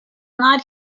not